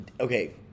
okay